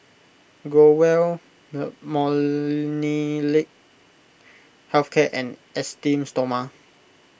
Growell the Molnylcke Health Care and Esteem Stoma